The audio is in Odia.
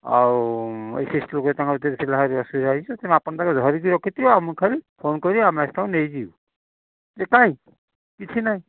ଆଉ ୟେ ସିଏ ଅସୁବିଧା ହେଇଛି ତେଣୁ ଆପଣ ତାକୁ ଧରିକି ରଖିଥିବ ଆମକୁ ଖାଲି ଫୋନ କରିବେ ଆମେ ଆସିକି ତାଙ୍କୁ ନେଇଯିବୁ ଯେ କାହିଁ କିଛି ନାହିଁ